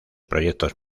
proyectos